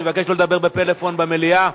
להצביע.